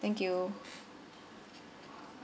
thank you